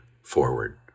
forward